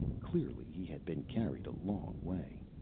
clearly, he had been carried a long way.